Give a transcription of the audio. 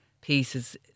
pieces